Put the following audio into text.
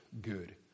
good